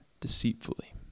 deceitfully